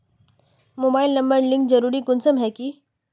Mobile number link जरुरी कुंसम है की?